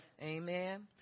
Amen